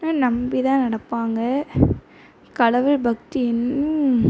நம்பி தான் நடப்பாங்க கடவுள் பக்தி இன்னும்